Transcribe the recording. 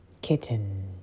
Kitten